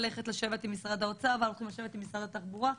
לשבת עם משרד האוצר ואנחנו צריכים לשבת עם משרד התחבורה,